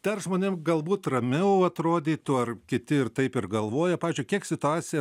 dar žmonėm galbūt ramiau atrodytų ar kiti ir taip ir galvoja pavyzdžiui kiek situaciją